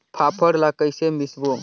फाफण ला कइसे मिसबो?